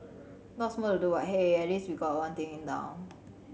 lots more to do but hey at least we've got one thing in down